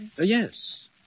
Yes